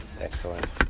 Excellent